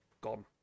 gone